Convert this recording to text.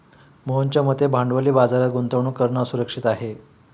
मोहनच्या मते भांडवली बाजारात गुंतवणूक करणं सुरक्षित आहे